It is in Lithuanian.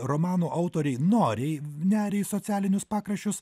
romanų autoriai noriai neria į socialinius pakraščius